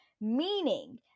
meaning